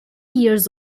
years